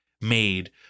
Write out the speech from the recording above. made